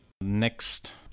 Next